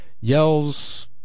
yells